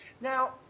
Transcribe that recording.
Now